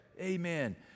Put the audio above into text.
amen